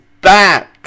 back